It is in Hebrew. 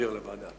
להעביר לוועדה.